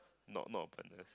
not not openness